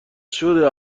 شده